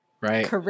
right